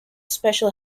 special